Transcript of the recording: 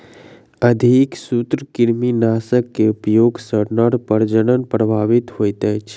अधिक सूत्रकृमिनाशक के उपयोग सॅ नर प्रजनन प्रभावित होइत अछि